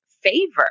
favor